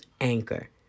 Anchor